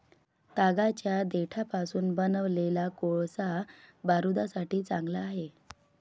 तागाच्या देठापासून बनवलेला कोळसा बारूदासाठी चांगला आहे